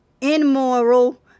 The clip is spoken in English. immoral